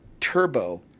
Turbo